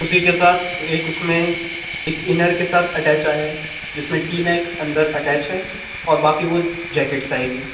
اسی کے ساتھ ایک اس میں ایک انر کے ساتھ اٹیچ آیا ہے جس میں ٹی نیک اندراٹیچ ہے اور باقی وہ جیکٹس آئے گی